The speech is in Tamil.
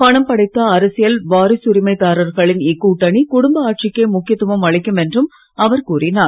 பணம் படைத்த அரசியல் வாரிசுரிமைதாரர்களின் இக்கூட்டணி குடும்ப ஆட்சிக்கே முக்கியத்துவம் அளிக்கும் என்றும் அவர் கூறினார்